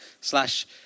slash